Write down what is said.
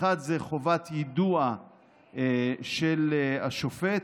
האחד זה חובת יידוע של השופט,